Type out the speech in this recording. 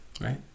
Right